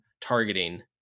targeting